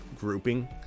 grouping